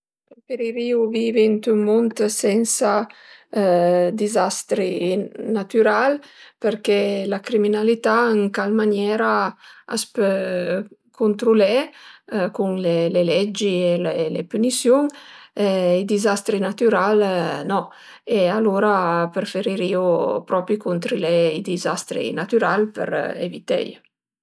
Preferirìu vivi ënt ün mund sensa dizastri natüral përché la criminalità ën cal maniera a s'pö cuntrulé cun le leggi e le pünisiun, i dizastri natüral no e alura preferirìu propi cuntrulé i dizastri natüral per eviteie